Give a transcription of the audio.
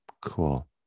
cool